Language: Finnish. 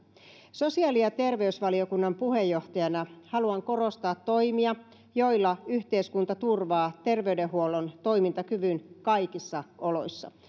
sosiaali ja terveysvaliokunnan puheenjohtajana haluan korostaa toimia joilla yhteiskunta turvaa terveydenhuollon toimintakyvyn kaikissa oloissa